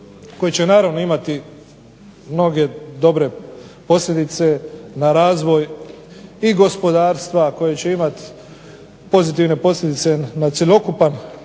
koji će naravno imati mnoge dobre posljedice na razvoj i gospodarstva, koje će imati pozitivne posljedice na cjelokupan